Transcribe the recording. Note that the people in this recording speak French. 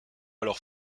alors